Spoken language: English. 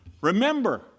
Remember